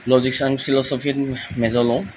logics and ফিলচফিত মেজৰ লওঁ